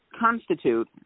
constitute